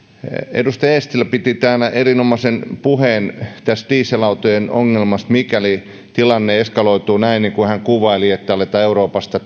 edustaja eestilä piti täällä erinomaisen puheen tästä dieselautojen ongelmasta mikäli tilanne eskaloituu näin niin kuin hän kuvaili että aletaan euroopasta